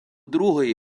другої